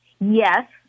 Yes